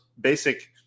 basic